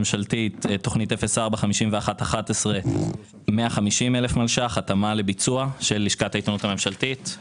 תכנית 045111 150 מיליון ₪ להתאמה לביצוע של לשכת העיתונות הממשלתית;